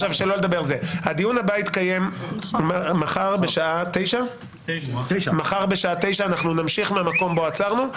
הדיון הבא יתקיים מחר בשעה 09:00. אנחנו נמשיך מהמקום שבו עצרנו.